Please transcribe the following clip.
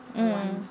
mm